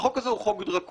החוק הזה הוא חוק דרקוני,